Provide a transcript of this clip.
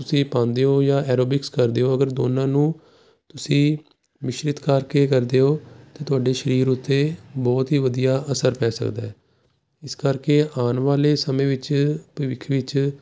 ਤੁਸੀਂ ਪਾਉਂਦੇ ਹੋ ਜਾਂ ਐਰੋਬਿਕਸ ਕਰਦੇ ਓ ਅਗਰ ਦੋਨਾਂ ਨੂੰ ਤੁਸੀਂ ਮਿਸ਼ਰਿਤ ਕਰਕੇ ਕਰਦੇ ਹੋ ਤਾਂ ਤੁਹਾਡੇ ਸਰੀਰ ਉੱਤੇ ਬਹੁਤ ਹੀ ਵਧੀਆ ਅਸਰ ਪੈ ਸਕਦਾ ਹੈ ਇਸ ਕਰਕੇ ਆਉਣ ਵਾਲੇ ਸਮੇਂ ਵਿੱਚ ਭਵਿੱਖ ਵਿੱਚ